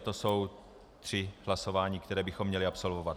To jsou tři hlasování, která bychom měli absolvovat.